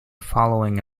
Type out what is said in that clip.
following